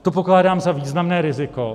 To pokládám za významné riziko.